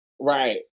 Right